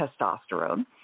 testosterone